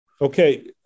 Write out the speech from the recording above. Okay